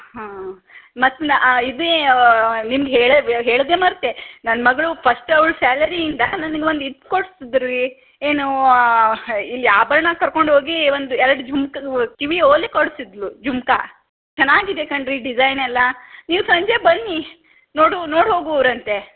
ಹಾಂ ಮತ್ತು ನಾ ಇದು ನಿಮ್ಗೆ ಹೇಳೆ ಹೇಳೋದೇ ಮರೆತೆ ನನ್ನ ಮಗಳು ಫಸ್ಟ್ ಅವ್ಳ ಸ್ಯಾಲರಿಯಿಂದ ನನಗೆ ಒಂದು ಇದು ಕೊಡ್ಸಿದ್ರೀ ಏನು ಇಲ್ಲಿ ಆಭರ್ಣಕ್ಕೆ ಕರ್ಕೊಂಡು ಹೋಗಿ ಒಂದು ಎರಡು ಜುಮ್ಕಿ ಕಿವಿ ಓಲೆ ಕೊಡ್ಸಿದ್ಳು ಜುಮ್ಕಿ ಚೆನ್ನಾಗಿದೆ ಕಣ್ರೀ ಡಿಸೈನ್ ಎಲ್ಲ ನೀವು ಸಂಜೆ ಬನ್ನಿ ನೋಡು ನೋಡಿ ಹೋಗುವಿರಂತೆ